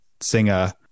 singer